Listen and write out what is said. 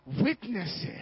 witnesses